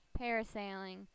parasailing